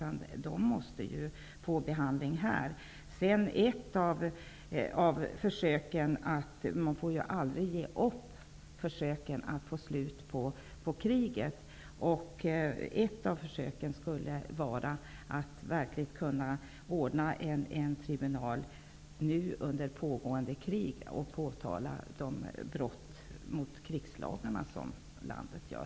De måste ju få behandling här. Man får aldrig ge upp försöken att få slut på kriget. Ett försök skulle vara att ordna en tribunal under pågående krig och påtala de brott mot krigslagarna som landet begår.